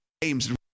games